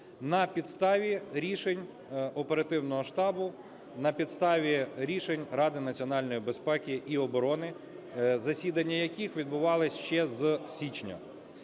на підставі рішень оперативного штабу, на підставі рішень Ради національної безпеки і оборони, засідання яких відбувались ще з січня.